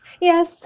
Yes